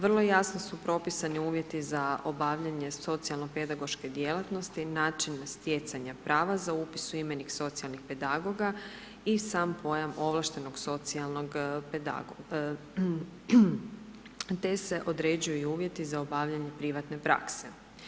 Vrlo jasno su propisani uvjeti za obavljanje socijalno pedagoške djelatnosti, način stjecanja prava za upis u imenik socijalnih pedagoga i sam pojam ovlaštenog socijalnog pedagoga te se određuju uvjeti za obavljanje privatne prakse.